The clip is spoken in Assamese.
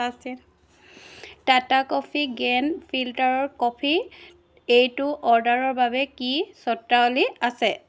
টাটা কফি গ্ৰেণ্ড ফিল্টাৰৰ কফিত এইটো অৰ্ডাৰৰ বাবে কি চৰ্তাৱলী আছে